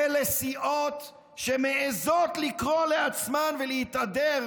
אלה סיעות שמעיזות לקרוא לעצמן, להתהדר